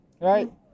Right